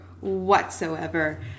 whatsoever